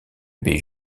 baie